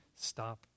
stop